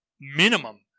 minimum